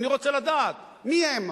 אני רוצה לדעת מי הם?